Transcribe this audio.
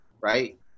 right